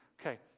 Okay